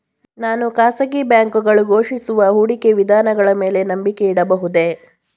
ನಾನು ಖಾಸಗಿ ಬ್ಯಾಂಕುಗಳು ಘೋಷಿಸುವ ಹೂಡಿಕೆ ವಿಧಾನಗಳ ಮೇಲೆ ನಂಬಿಕೆ ಇಡಬಹುದೇ?